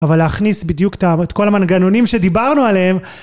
אבל להכניס בדיוק את כל המנגנונים שדיברנו עליהם